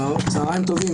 צהריים טובים.